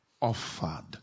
offered